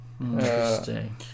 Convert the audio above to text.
Interesting